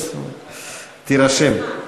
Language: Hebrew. תירשם.